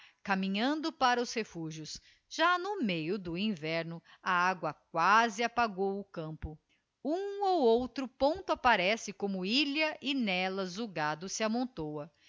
caminhando para os refúgios já no meio do inverno a agua quasi apagou o campo um ou outro ponto apparece como ilha e n'ellas o gado se amontoa